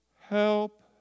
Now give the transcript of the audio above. Help